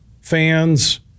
fans